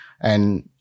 And-